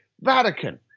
Vatican